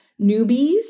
newbies